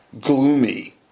gloomy